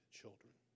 children